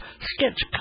sketch